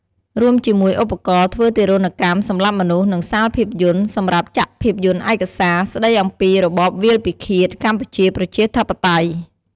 រួមជាមួយ ឧបករណ៍ធ្វើទារុណកម្មសម្លាប់មនុស្ស និងសាលភាពយន្ត សម្រាប់ចាក់ភាពយន្តឯកសារ ស្តីអំពីរបបវាលពិឃាត កម្ពុជាប្រជាធិបតេយ្យ។